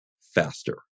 faster